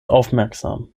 aufmerksam